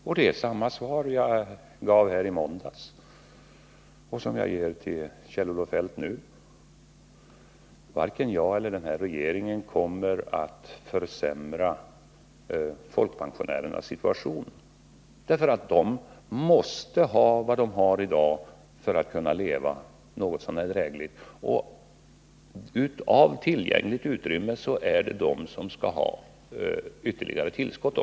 Jag ger samma svar till Kjell-Olof Feldt i dag som jag gav här i kammaren i måndags: Varken jag eller den nuvarande regeringen kommer att försämra folkpensionärernas situation. De måste ha vad de har i dag för att kunna leva något så när drägligt. Av tillgängligt utrymme är det också de som skall ha ytterligare tillskott.